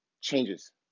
changes